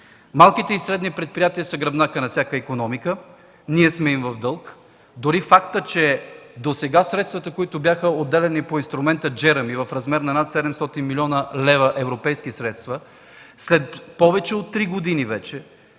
Малките и средните предприятия са гръбнакът на всяка икономика. Ние сме им в дълг. Дори фактът, че досега по средствата, които бяха отделяни по инструмента „Джеръми” в размер на над 700 млн. лв. европейски средства след повече от три години има